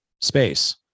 space